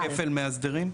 בלי כפל מאסדרים?